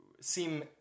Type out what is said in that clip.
seem